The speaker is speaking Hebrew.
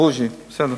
במקום בוז'י, בסדר.